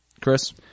Chris